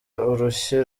urushyi